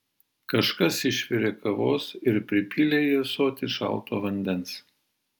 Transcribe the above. kažkas išvirė kavos ir pripylė į ąsotį šalto vandens